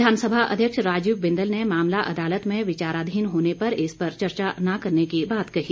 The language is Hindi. विधानसभा अध्यक्ष राजीव बिंदल ने मामला अदालत में विचाराधीन होने पर इस पर चर्चा ना करने की बात कही